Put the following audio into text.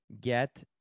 get